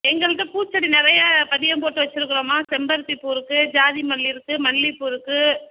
எங்கள்ட்ட பூச்செடி நிறைய பதியம் போட்டு வைச்சிருக்குறோம்மா செம்பருத்திப் பூ இருக்குது ஜாதி மல்லி இருக்குது மல்லிகைப் பூ இருக்குது